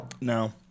No